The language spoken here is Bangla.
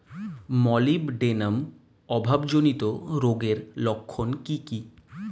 মলিবডেনাম অভাবজনিত রোগের লক্ষণ কি কি?